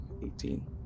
18